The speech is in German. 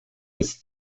des